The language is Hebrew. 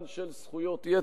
סלידתם,